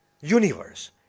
universe